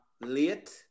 late